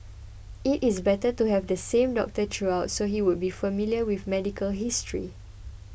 it is better to have the same doctor throughout so he would be familiar with medical history